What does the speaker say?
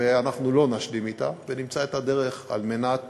ואנחנו לא נשלים אתה, ונמצא את הדרך על מנת